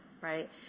right